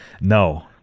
No